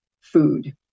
food